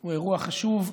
הוא אירוע חשוב.